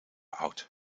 oud